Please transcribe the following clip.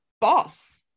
boss